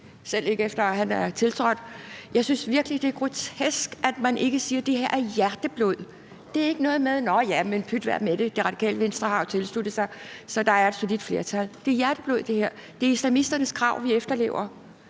selv ikke efter at han er tiltrådt. Jeg synes virkelig, det er grotesk, at man ikke siger, at det her er hjerteblod. Det er ikke noget med at sige: Nå ja, men pyt være med det, Radikale Venstre har jo tilsluttet sig, så der er et solidt flertal. Det her er hjerteblod. Det er islamisternes krav, vi efterlever.